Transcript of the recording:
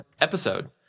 episode